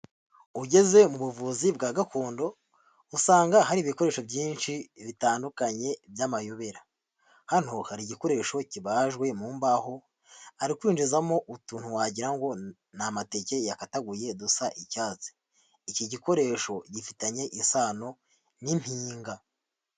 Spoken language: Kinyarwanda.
Ugeze mu buvuzi bwa gakondo usanga hari ibikoresho byinshi bitandukanye by'amayobera, hano hari igikoresho kibajwe mu mbaho ari kwinjizamo utuntu wagira ngo ni amateke yakataguye dusa icyatsi, iki gikoresho gifitanye isano n'impinga.